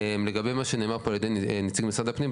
לגבי מה שנאמר פה על ידי נציג משרד פנים,